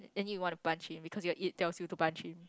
and you want to punch him because your it tells you to punch him